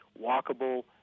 walkable